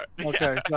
Okay